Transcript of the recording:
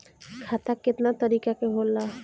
खाता केतना तरीका के होला?